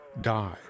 die